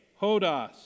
Hodas